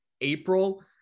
April